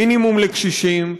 מינימום לקשישים,